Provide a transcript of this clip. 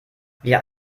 wir